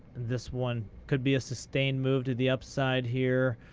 this one could be a sustained move to the upside here,